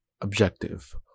objective